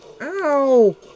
Ow